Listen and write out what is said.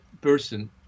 person